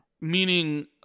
Meaning